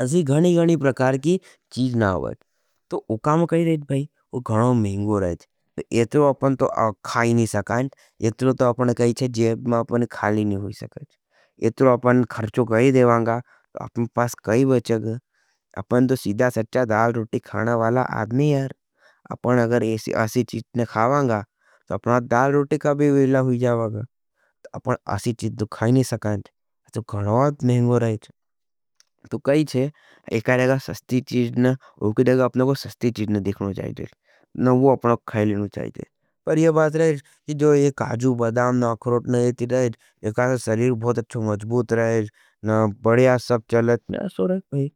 असी गणी गणी प्रकार की चीज़ ना आओज। तो उकाम काई रहज भाई, वो गणों महिंगों रहज। ये तो अपन खायी नहीं सकत। यह तो अपनी जेब में ख़ाली नहीं हो सकच। इतनो अपन खर्चा कर जावा हा, में अपने खाली नहीं होई सके। ये तो अपने खर्चो गई देवांगा, तो अपने पास कई बचग हज। अपने तो सिधा सच्चा डाल रूटी खाना वाला आदमी हज। अपने अगर एसी आसी चीज़ ने खावांगा, तो अपने डाल रूटी का बेवेला हुई जावांगा। तो अपने आसी चीज़ खायी ना सकत। यह जो घणो महँगो जायेच, तो कई चे सस्ती चीज ने दिखानो जयोच। पर यह बात रहच की जो यह काजू ,बादाम, अखरोट खाने से शरीर बहुत अच्छा रहत।